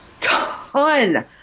ton